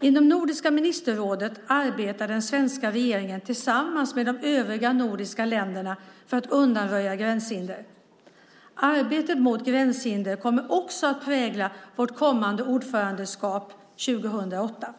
Inom Nordiska ministerrådet arbetar den svenska regeringen tillsammans med de övriga nordiska länderna för att undanröja gränshinder. Arbetet mot gränshinder kommer också att prägla vårt kommande ordförandeskap 2008.